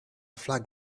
flag